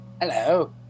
Hello